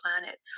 planet